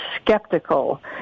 skeptical